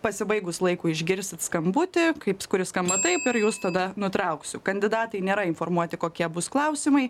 pasibaigus laikui išgirsit skambutį kaip kuris skamba taip ir jus tada nutrauksiu kandidatai nėra informuoti kokie bus klausimai